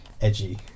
Edgy